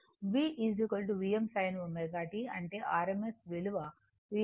అంటే V Vm sin ω t అంటే rms విలువ Vm√ 2 అంటే V Vm√ 2